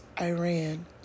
Iran